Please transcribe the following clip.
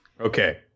Okay